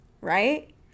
right